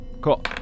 Cool